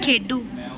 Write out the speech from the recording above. ਖੇਡੋ